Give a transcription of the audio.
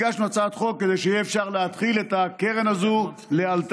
הגשנו הצעת חוק כדי שאפשר יהיה להתחיל את הקרן הזאת לאלתר,